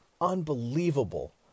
unbelievable